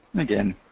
again,